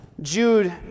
Jude